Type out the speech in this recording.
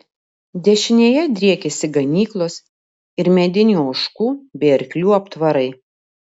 dešinėje driekėsi ganyklos ir mediniai ožkų bei arklių aptvarai